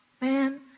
man